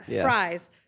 fries